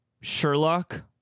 Sherlock